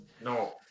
No